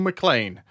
McLean